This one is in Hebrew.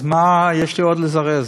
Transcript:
אז מה יש לי עוד לזרז?